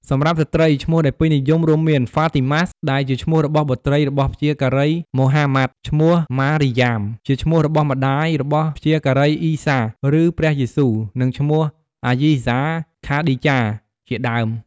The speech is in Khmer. សម្រាប់ស្ត្រី ឈ្មោះដែលពេញនិយមរួមមាន ហ្វាទីម៉ះដែលជាឈ្មោះរបស់បុត្រីរបស់ព្យាការីម៉ូហាម៉ាត់ ឈ្មោះម៉ារីយ៉ាមជាឈ្មោះរបស់ម្តាយរបស់ព្យាការីអ៊ីសាឬព្រះយេស៊ូ និងឈ្មោះ អាយីសា ,ខាឌីចា ជាដើម។